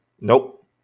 Nope